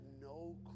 no